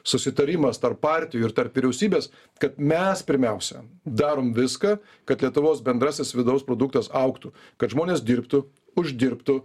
susitarimas tarp partijų ir tarp vyriausybės kad mes pirmiausia darom viską kad lietuvos bendrasis vidaus produktas augtų kad žmonės dirbtų uždirbtų